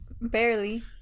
barely